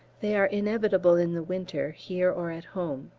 they are inevitable in the winter, here or at home.